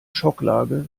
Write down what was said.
schocklage